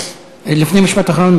לפני משפט אחרון,